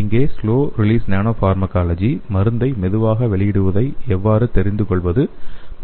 இங்கே slow release nano pharmacology மருந்தை மெதுவாக வெளியிடுவதை எவ்வாறு தெரிந்து கொள்வது